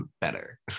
better